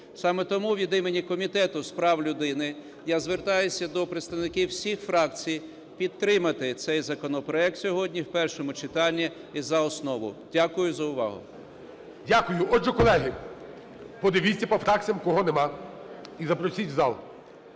Саме тому від імені Комітету з прав людини я звертаюся до представників всіх фракцій підтримати цей законопроект сьогодні в першому читанні і за основу. Дякую за увагу. ГОЛОВУЮЧИЙ. Дякую. Отже, колеги, подивіться по фракціях, кого нема, і запросіть в зал.